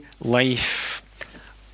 life